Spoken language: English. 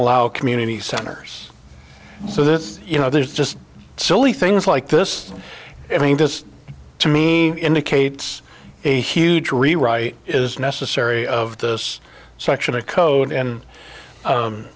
allow community centers so that you know there's just silly things like this i mean this to me indicates a huge rewrite is necessary of this section of code and